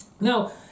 Now